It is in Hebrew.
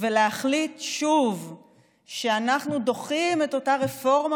ולהחליט שוב שאנחנו דוחים את אותה רפורמה